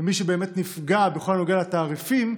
ומי שבאמת נפגע בכל הנוגע לתעריפים,